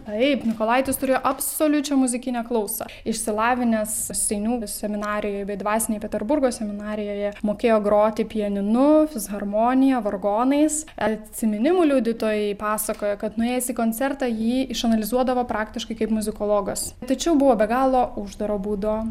taip mikolaitis turėjo absoliučią muzikinę klausą išsilavinęs seinių seminarijoj bei dvasinėj peterburgo seminarijoje mokėjo groti pianinu fisharmonija vargonais atsiminimų liudytojai pasakoja kad nuėjęs į koncertą jį išanalizuodavo praktiškai kaip muzikologas tačiau buvo be galo uždaro būdo